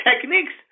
techniques